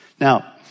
Now